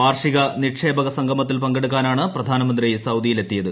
വാർഷിക നിക്ഷേപക സംഗമത്തിൽ പങ്കെടുക്കാനാണ് പ്രധാനമന്ത്രി സൌദിയിലെത്തിയത്